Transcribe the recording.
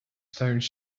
stones